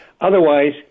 Otherwise